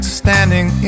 standing